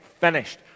finished